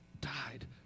died